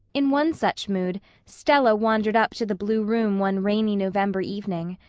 in one such mood stella wandered up to the blue room one rainy november evening.